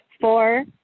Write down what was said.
four